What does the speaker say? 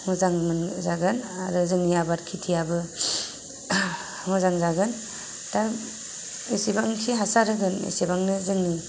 मोजां मोनजागोन आरो जोंनि आबाद खेतिआबो मोजां जागोन दा जेसेबांखि हासार होगोन एसेबां जोंनि